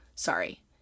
Sorry